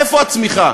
איפה הצמיחה